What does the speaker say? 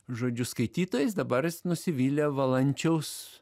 žodžiu skaitytojais dabar jis nusivylė valančiaus